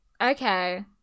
Okay